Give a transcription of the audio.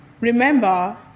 Remember